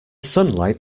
sunlight